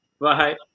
Bye